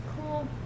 Cool